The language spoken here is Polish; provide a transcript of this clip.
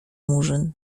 murzyn